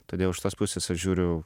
todėl iš tos pusės aš žiūriu